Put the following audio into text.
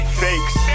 fakes